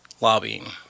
Lobbying